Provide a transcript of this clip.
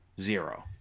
zero